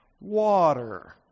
Water